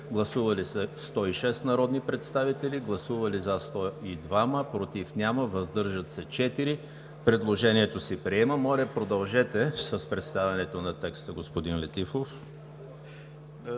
Гласували 106 народни представители: за 102, против няма, въздържали се 4. Предложението се приема. Моля, продължете с представянето на текста, господин Летифов.